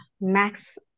Max